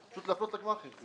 פשוט להגיד גמ"חים.